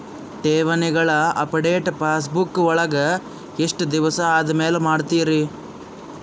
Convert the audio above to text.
ಠೇವಣಿಗಳ update passbook ವಳಗ ಎಷ್ಟ ದಿವಸ ಆದಮೇಲೆ ಮಾಡ್ತಿರ್?